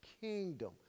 kingdom